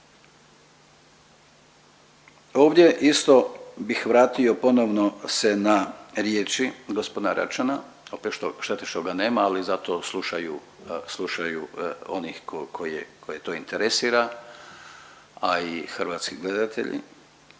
Ovdje isto bih vratio ponovno se vratio na riječi g. Račana opet šteta što ga nema, ali zato slušaju oni koje to interesira, a i hrvatski gledatelji,